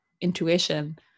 intuition